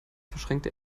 verschränkte